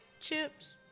chips